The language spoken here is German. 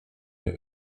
der